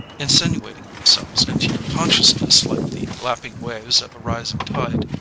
insinuating them selves into your consciousness like the lapping waves of a rising tide,